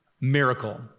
miracle